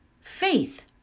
faith